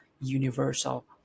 universal